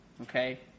Okay